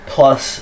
Plus